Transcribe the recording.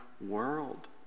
world